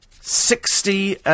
Sixty